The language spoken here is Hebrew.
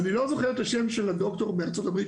אני לא זוכר את השם של הדוקטור בארצות הברית